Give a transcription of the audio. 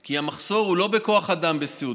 כי המחסור הוא לא בכוח אדם בסיעוד,